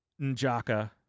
Njaka